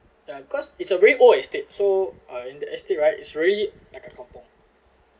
ya cause it's a very old estate so uh in the estate right it's really like a kampung